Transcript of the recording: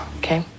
okay